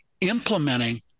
implementing